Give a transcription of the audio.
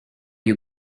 you